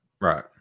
right